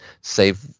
save